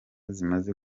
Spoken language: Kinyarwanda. zimaze